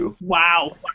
Wow